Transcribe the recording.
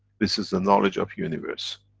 this is the knowledge of universe.